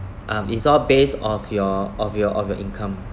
um is all based off your of your of your income